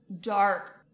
dark